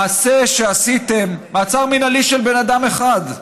המעשה שעשיתם" מעצר מינהלי של בן אדם אחד,